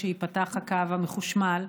כשייפתח הקו המחושמל,